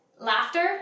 laughter